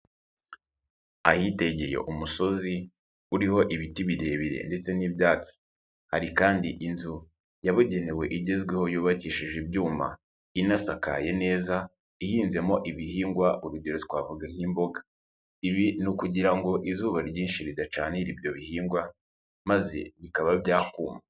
Ahitegeye umusozi uriho ibiti birebire ndetse n'ibyatsi, hari kandi inzu yabugenewe igezweho yubakishije ibyuma inasakaye neza ihinzemo ibihingwa urugero twavuga nk'imboga, ibi ni uku kugira ngo izuba ryinshi ridacanira ibyo bihingwa maze bikaba byakuma.